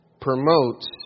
promotes